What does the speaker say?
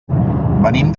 venim